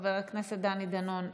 חבר הכנסת דני דנון,